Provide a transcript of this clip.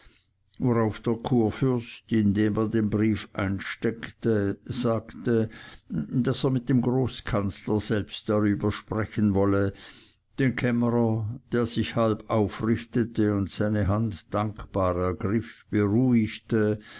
worauf der kurfürst indem er den brief einsteckte sagte daß er mit dem großkanzler selbst darüber sprechen wolle den kämmerer der sich halb aufrichtete und seine hand dankbar ergriff beruhigte